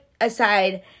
aside